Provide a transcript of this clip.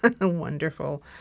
Wonderful